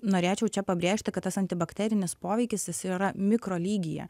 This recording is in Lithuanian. norėčiau čia pabrėžti kad tas antibakterinis poveikis jis yra mikrolygyje